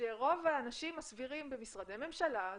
שרוב האנשים הסבירים במשרדי ממשלה,